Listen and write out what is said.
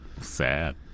sad